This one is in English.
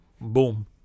boom